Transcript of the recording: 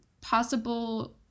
possible